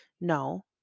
No